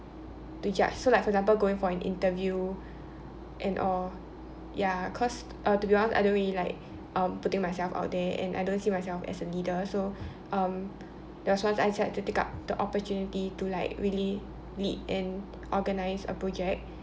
to judge so like for example going for an interview and all ya cause uh to be honest I don't really like um putting myself out there and I don't see myself as a leader so um there was once I decided to take up the opportunity to like really lead and organise a project